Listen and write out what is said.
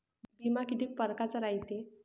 बिमा कितीक परकारचा रायते?